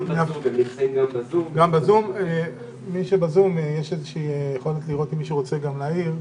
שלום לכולם, שמי יוסי אפשטיין ממשרד החינוך.